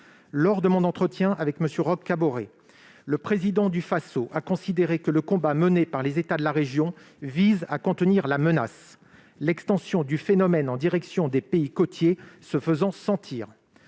notamment entretenu avec M. Roch Kaboré, Président du Faso. Il considère que le combat mené par les États de la région vise à contenir la menace, l'extension du phénomène en direction des pays côtiers se faisant sentir.